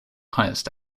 highest